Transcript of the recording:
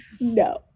No